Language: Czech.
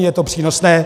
Je to přínosné.